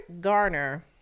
Garner